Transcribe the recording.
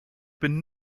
been